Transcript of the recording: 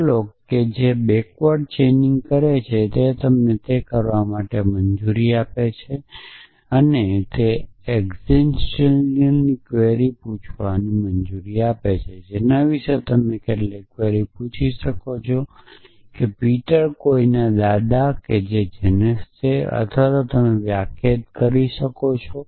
Prolog જે backward chaining કરે છે તે તમને તે કરવા માટે પરવાનગી આપે છે તે એકસીટેંટીયલની ક્વેરીઝ પૂછવાની મંજૂરી આપે છે જેના વિશે તમે કેટલીક ક્વેરી પૂછી શકો છો તે પીટર કોઈના દાદા છે કે જેનસ છે અથવા તમે વ્યાખ્યાયિત કરી શકો છો